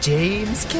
James